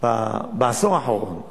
בעשור האחרון,